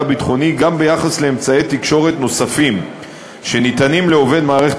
ביטחוני גם ביחס לאמצעי תקשורת נוספים שניתנים לעובד מערכת